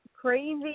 crazy